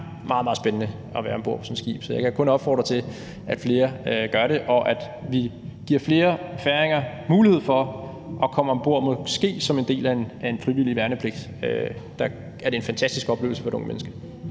meget spændende at være om bord på sådan et skib, så jeg kan kun opfordre til, at flere gør det, og at vi giver flere færinger mulighed for at komme med om bord, måske som en del af en frivillig værnepligt. Der er det en fantastisk oplevelse for et ungt menneske.